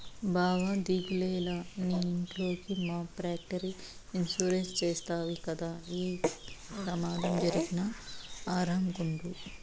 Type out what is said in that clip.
బావా దిగులేల, నీ ఇంట్లోకి ఈ ప్రాపర్టీ ఇన్సూరెన్స్ చేస్తవి గదా, ఏ పెమాదం జరిగినా ఆరామ్ గుండు